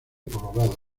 colorado